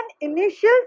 initial